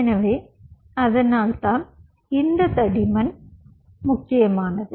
எனவே அதனால்தான் இந்த தடிமன் முக்கியமானது